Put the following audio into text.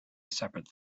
seperate